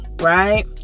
right